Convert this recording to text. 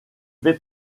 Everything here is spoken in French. fait